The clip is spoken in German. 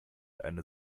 eine